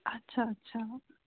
اچھا اچھا